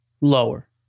Lower